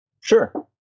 Sure